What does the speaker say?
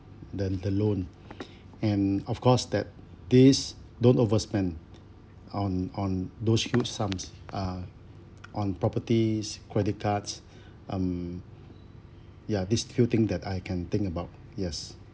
the the loan and of course that this don't overspend on on those huge sums uh on properties credit cards um ya these few thing that I can think about yes